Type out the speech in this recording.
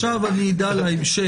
עכשיו אדע להמשך.